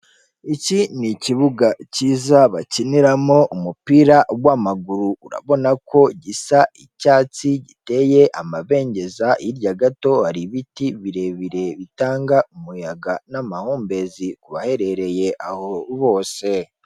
Iki ni ikibuga cyiza bakiniramo umupira w'amaguru, urabona ko gisa icyatsi giteye amabengeza, hirya gato hari ibiti birebire bitanga umuyaga n'amahumbezi ku baherereye aho bose.